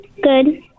good